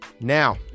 Now